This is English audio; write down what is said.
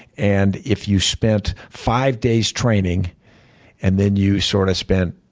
and if you spent five days training and then you sort of spent,